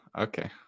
okay